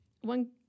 one